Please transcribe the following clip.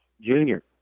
junior